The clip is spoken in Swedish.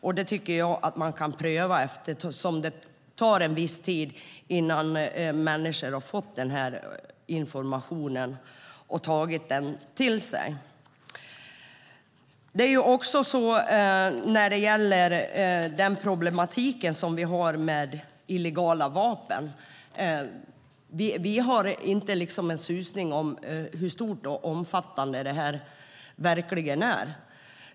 Jag tycker att man kan pröva det eftersom det tar en viss tid innan människor har fått informationen och tagit den till sig. När det gäller problematiken med illegala vapen har vi inte en susning om hur stor och omfattande den verkligen är.